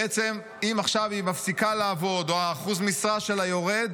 בעצם אם עכשיו היא מפסיקה לעבוד או אחוז המשרה שלה יורד,